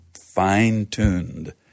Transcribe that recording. fine-tuned